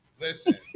Listen